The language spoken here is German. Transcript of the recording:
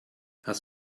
hast